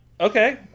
okay